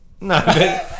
No